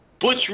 Butch